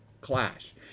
clash